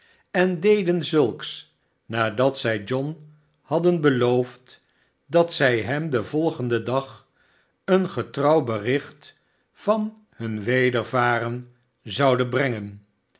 en deden zulks nadat zij john hadden beloofd dat zij hem den volgenden dag een getrouw bericht van hun wedervaren zouden brengen